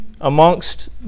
amongst